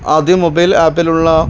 ആദ്യം മൊബൈൽ ആപ്പിലുള്ള